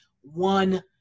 one